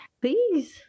Please